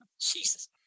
Jesus